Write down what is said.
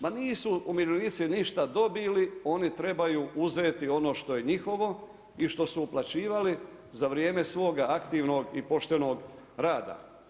Ma nisu umirovljenici ništa dobili, oni trebaju uzeti ono što je njihovo i što su uplaćivali za vrijeme svoga aktivnoga i poštenog rada.